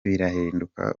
birahinduka